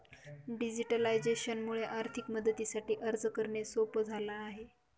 digitalisation मुळे आर्थिक मदतीसाठी अर्ज करणे सोप झाला आहे